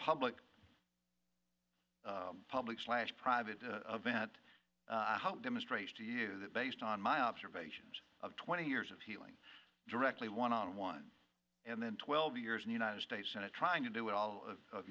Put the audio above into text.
public public slash private a vent demonstrates to you that based on my observations of twenty years of healing directly one on one and then twelve years and united states senate trying to do it all of